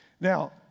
Now